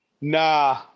Nah